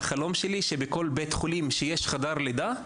החלום שלי שבכל בית חולים שיש חדר לידה,